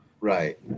right